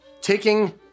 taking